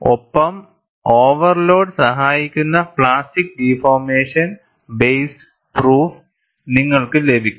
ഒപ്പം ഓവർലോഡ് സഹായിക്കുന്ന plastic deformation based proof നിങ്ങൾക്ക് ലഭിക്കും